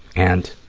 and